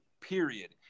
period